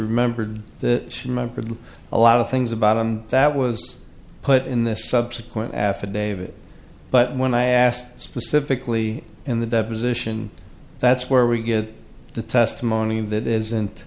remembered that she remembered a lot of things about him that was put in the subsequent affidavit but when i asked specifically in the deposition that's where we get the testimony that isn't